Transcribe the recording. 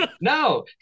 no